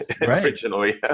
originally